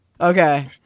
Okay